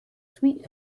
sweet